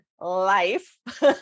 life